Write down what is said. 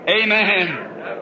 Amen